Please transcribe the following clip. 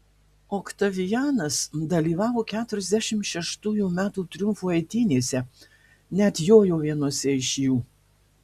oktavianas dalyvavo keturiasdešimt šeštųjų metų triumfo eitynėse net jojo vienose iš jų